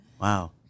Wow